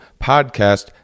podcast